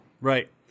right